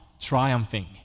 triumphing